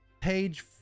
page